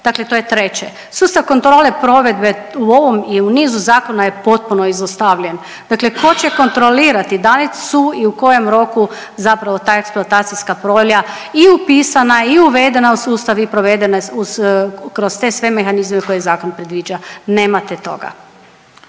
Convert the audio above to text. dakle to je treće. Sustav kontrole provedbe u ovom i u nizu zakona je potpuno izostavljen, dakle ko će kontrolirati da li su i u kojem roku zapravo ta eksploatacijska polja i upisana i uvedena u sustav i provedena kroz te sve mehanizme koje zakon predviđa, nemate toga.